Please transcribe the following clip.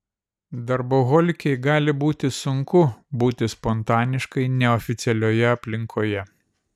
darboholikei gali būti sunku būti spontaniškai neoficialioje aplinkoje